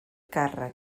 càrrec